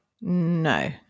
No